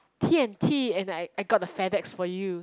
t_n_t and I I got the Fedex for you